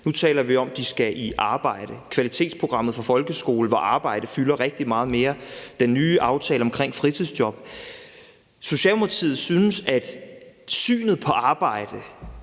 nu taler vi om, at de skal i arbejde. Der er kvalitetsprogrammet for folkeskolen, hvor arbejde fylder rigtig meget mere. Og der er den nye aftale omkring fritidsjob. Socialdemokratiet synes, at vi er nødt